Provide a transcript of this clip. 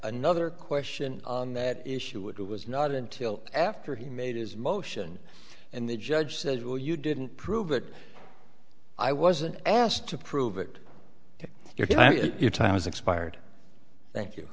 another question on that issue it was not until after he made his motion and the judge says well you didn't prove that i wasn't asked to prove it to you your time has expired thank you